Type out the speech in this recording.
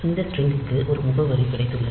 இந்த ஸ்டிரிங் க்கு ஒரு முகவரி கிடைத்துள்ளது